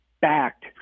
backed